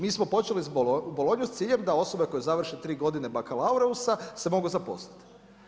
Mi smo počeli s Bolognu s ciljem da osobe koje završe tri godine baccalaureusa se mogu zaposliti.